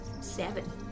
seven